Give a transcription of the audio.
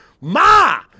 Ma